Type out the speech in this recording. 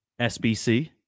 SBC